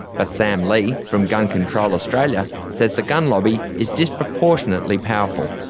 but sam lee from gun control australia says the gun lobby is disproportionately powerful.